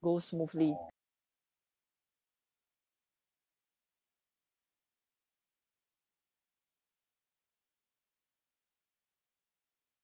go smoothly